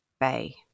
Bay